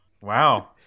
Wow